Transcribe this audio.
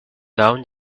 down